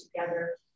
together